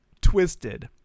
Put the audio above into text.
twisted